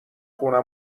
خونه